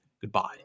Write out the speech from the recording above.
Goodbye